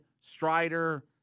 Strider